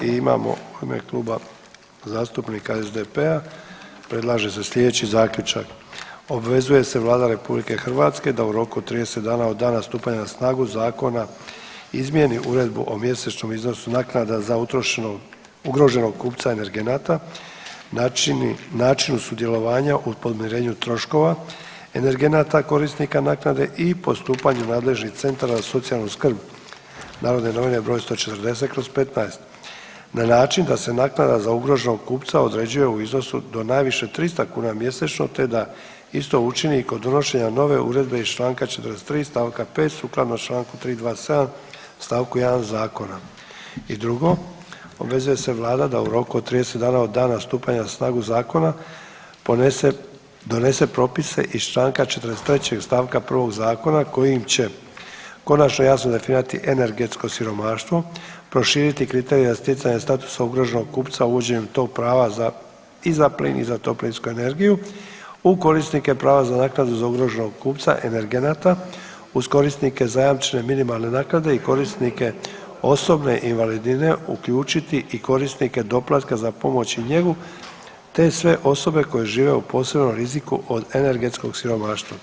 I imamo u ime Kluba zastupnika SDP-a predlaže se sljedeći zaključak „Obvezuje se Vlada RH da u roku od 30 dana od dana stupanja na snagu zakona izmjeni uredbu o mjesečnom iznosu naknada za ugroženog kupca energenata, načinu sudjelovanja u podmirenju troškova energenata korisnika naknade i postupanju nadležnih centara za socijalnu skrb NN br. 140/15 na način da se naknada za ugroženog kupca određuje u iznosu do najviše 300 kuna mjesečno te da isto učini kod donošenja nove uredbe iz čl. 43. st. 5. sukladno čl. 327. st. 1. Zakona.“ I drugo „Obvezuje se Vlada RH da u roku od 30 dana od dana stupanja na snagu zakona donese propise iz čl. 43.st.1. zakona kojim će konačno jasno definirati energetsko siromaštvo, proširiti kriterije za stjecanje status ugroženog kupca uvođenjem tog prava i za plin i za toplinsku energiju u korisnike prava za naknadu za ugroženog kupca energenata uz korisnike zajamčene minimalne naknade i korisnike osobne invalidnine uključiti i korisnike doplatka za pomoć i njegu te sve osobe koje žive u posebnom riziku od energetskog siromaštva“